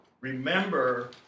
Remember